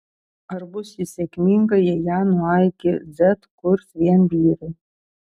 ar bus ji sėkminga jei ją nuo a iki z kurs vien vyrai